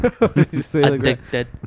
Addicted